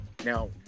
Now